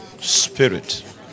spirit